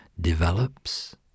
develops